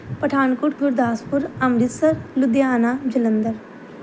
Pathankot Gurdaspur Amritsar Ludhiana Jalandhar